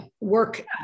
work